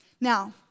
Now